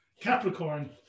Capricorn